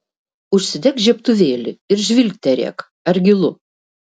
užsidek žiebtuvėlį ir žvilgterėk ar gilu